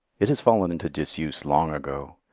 it has fallen into disuse long ago,